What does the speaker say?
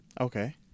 Okay